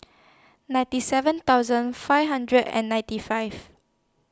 ninety seven thousand five hundred and ninety five